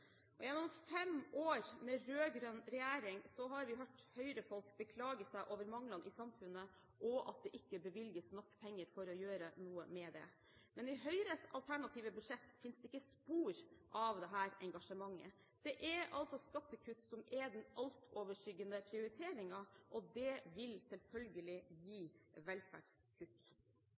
være. Gjennom fem år med rød-grønn regjering har vi hørt Høyre-folk beklage seg over manglene i samfunnet, og at det ikke bevilges nok penger for å gjøre noe med det. Men i Høyres alternative budsjett finnes det ikke spor av dette engasjementet. Det er altså skattekutt som er den altoverskyggende prioriteringen. Det vil selvfølgelig gi